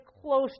close